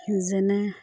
যেনে